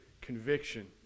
conviction